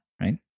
right